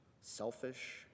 selfish